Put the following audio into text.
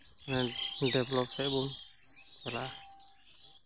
develop ᱥᱮᱜ ᱵᱚᱱ ᱪᱟᱞᱟᱜᱼᱟ